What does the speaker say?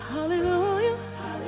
Hallelujah